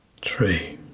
Three